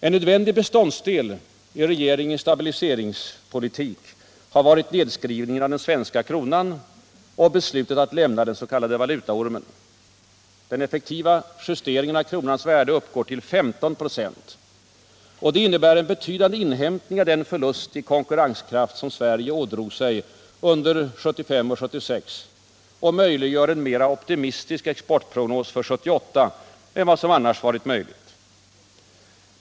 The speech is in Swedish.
En nödvändig beståndsdel i regeringens stabiliseringspolitik har varit nedskrivningen av den svenska kronan och beslutet att lämna den s.k. valutaormen. Den effektiva justeringen av kronans värde uppgår till 15 26. Det innebär en betydande inhämtning av den förlust i konkurrenskraft som Sverige ådrog sig under 1975 och 1976 och möjliggör en mer optimistisk exportprognos för 1978 än vad som annars varit möjligt.